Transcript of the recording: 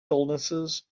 illnesses